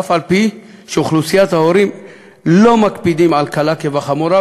אף-על-פי שבאוכלוסיית ההורים לא מקפידים על קלה כחמורה,